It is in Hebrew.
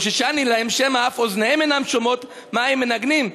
וחוששני להם שמא אף אוזניהם אינן שומעות מה הם מנגנים,